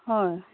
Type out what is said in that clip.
হয়